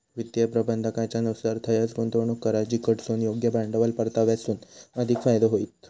वित्तीय प्रबंधाकाच्या नुसार थंयंच गुंतवणूक करा जिकडसून योग्य भांडवल परताव्यासून अधिक फायदो होईत